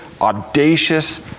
audacious